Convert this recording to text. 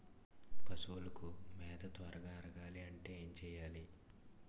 పశువులకు మేత త్వరగా అరగాలి అంటే ఏంటి చేయాలి?